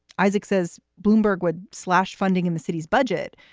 isaac says bloomberg would slash funding in the city's budget,